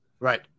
Right